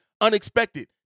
unexpected